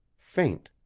faint,